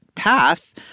path